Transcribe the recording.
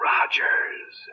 Rogers